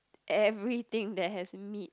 everything that has meat